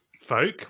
folk